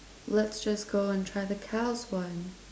let's just go and try the cow's one